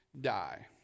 die